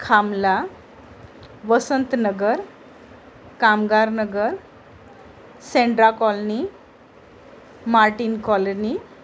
खामला वसंतनगर कामगारनगर सेंड्रा colony Martin colony